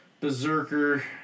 Berserker